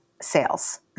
sales